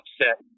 upset